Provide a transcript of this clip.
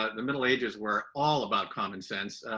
ah the middle ages were all about common sense.